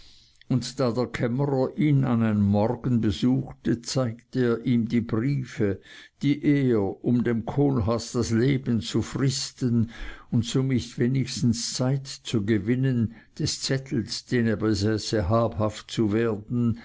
der kämmerer ihn an einem morgen besuchte zeigte er ihm die briefe die er um dem kohlhaas das leben zu fristen und somit wenigstens zeit zu gewinnen des zettels den er besäße habhaft zu werden